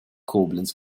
koblenz